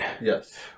Yes